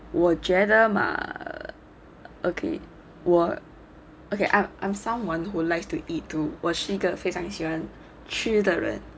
我觉得吗 okay 我 okay I'm someone who likes to eat too 我是一个非常喜欢吃的人